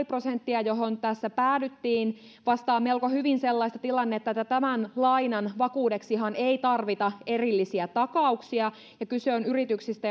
prosenttia johon tässä päädyttiin vastaa melko hyvin sellaista tilannetta tämän lainan vakuudeksihan ei tarvita erillisiä takauksia kyse on yrityksistä